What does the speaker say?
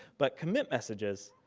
but commit messages,